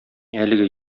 әлеге